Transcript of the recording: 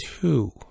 Two